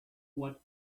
what